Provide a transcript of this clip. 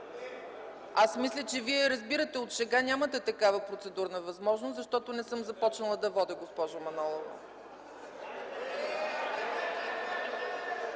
Аз мисля, че Вие разбирате от шега – нямате такава процедурна възможност, защото не съм започнала да водя, госпожо Манолова.